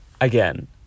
Again